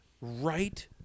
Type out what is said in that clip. right